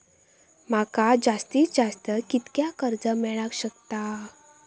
माका जास्तीत जास्त कितक्या कर्ज मेलाक शकता?